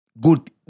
Good